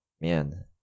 man